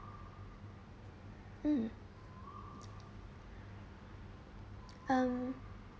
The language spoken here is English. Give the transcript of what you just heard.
mm um